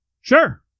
Sure